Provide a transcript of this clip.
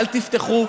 אל תפתחו,